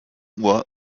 uhr